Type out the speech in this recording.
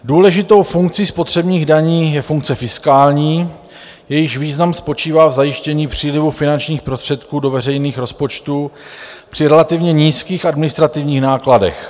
Důležitou funkcí spotřebních daní je funkce fiskální, jejíž význam spočívá v zajištění přílivu finančních prostředků do veřejných rozpočtů při relativně nízkých administrativních nákladech.